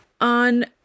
on